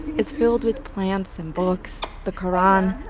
it's filled with plants and books, the koran,